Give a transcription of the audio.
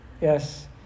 Yes